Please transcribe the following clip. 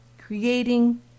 creating